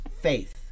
faith